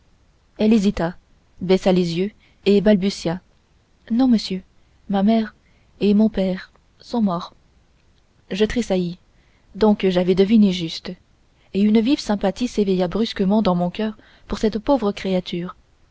elle hésita baissa les yeux et balbutia non monsieur ma mère et mon père sont morts je tressaillis donc j'avais deviné juste et une vive sympathie s'éveilla brusquement dans mon coeur pour cette pauvre créature